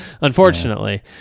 unfortunately